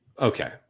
Okay